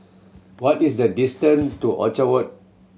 what is the distan to Orchard Boulevard